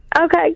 Okay